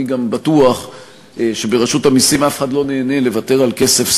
אני גם בטוח שברשות המסים אף אחד לא נהנה לוותר סתם על כסף,